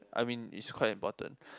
I mean it's quite important